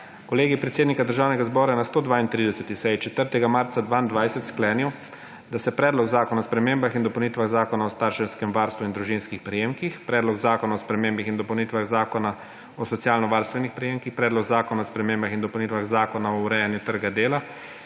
Kolegij predsednika Državnega zbora je na 132. seji 4. marca 2022 sklenil, da se Predlog zakona o spremembah in dopolnitvah Zakona o starševskem varstvu in družinskih prejemkih, Predlog zakona o spremembah in dopolnitvah Zakona o socialno varstvenih prejemkih, Predlog zakona o spremembah in dopolnitvah Zakona o urejanju trga dela